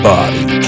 Body